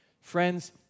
Friends